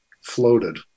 floated